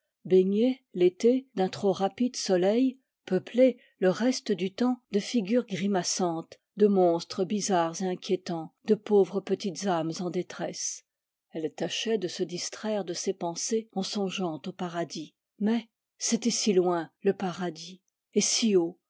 baignée l'été d'un trop rapide soleil peuplée le reste du temps de figures grimaçantes de monstres bizarres et inquiétants de pauvres petites âmes en détresse elle tâchait de se distraire de ces pensées en songeant au paradis mais c'était si loin le paradis et si haut